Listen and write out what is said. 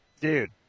Dude